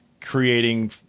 creating